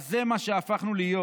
אז זה מה שהפכנו להיות: